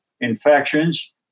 infections